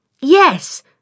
Yes